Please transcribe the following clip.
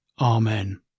Amen